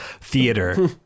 theater